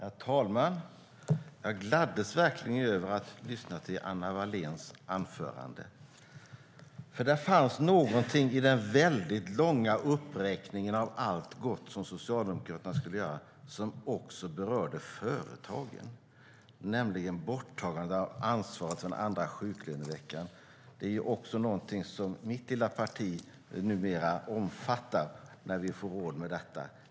Herr talman! Jag gladdes verkligen av att lyssna till Anna Walléns anförande. Det fanns någonting i den långa uppräkningen av allt gott som Socialdemokraterna skulle göra som också berörde företagen, nämligen borttagandet av ansvaret för den andra sjuklöneveckan. Detta är också någonting som mitt lilla parti numera omfattar - när vi får råd med det.